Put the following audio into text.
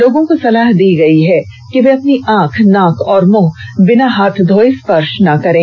लोगों को सलाह दी गई है कि वे अपनी आंख नाक और मूंह को बिना हाथ धोये स्पर्श न करें